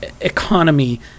economy